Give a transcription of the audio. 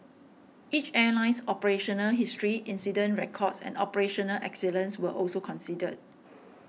each airline's operational history incident records and operational excellence were also considered